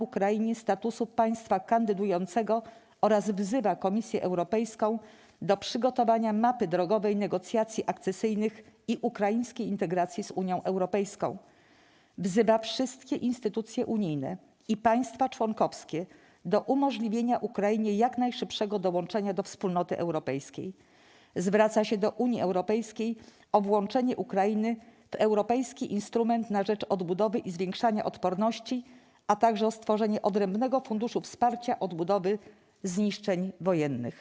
Ukrainie statusu państwa kandydującego oraz wzywa Komisję Europejską do przygotowania mapy drogowej negocjacji akcesyjnych i ukraińskiej integracji z Unią Europejską; - wzywa wszystkie instytucje unijne i państwa członkowskie do umożliwienia Ukrainie jak najszybszego dołączenia do Wspólnoty Europejskiej; - zwraca się do Unii Europejskiej o włączenie Ukrainy w europejski Instrument na rzecz Odbudowy i Zwiększania Odporności, a także o stworzenie odrębnego funduszu wsparcia odbudowy zniszczeń wojennych˝